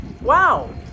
wow